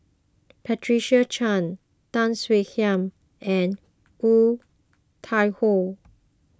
Patricia Chan Tan Swie Hian and Woon Tai Ho